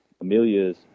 Amelia's